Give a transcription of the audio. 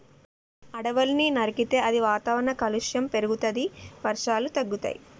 అడవుల్ని నరికితే అది వాతావరణ కాలుష్యం పెరుగుతది, వర్షాలు తగ్గుతయి